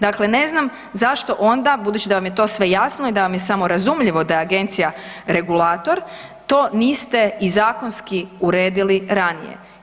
Dakle ne znam zašto onda budući da vam je to sve jasno i da vam je samorazumljivo da je Agencija regulator, to niste i zakonski uredili ranije.